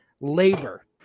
labor